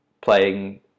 playing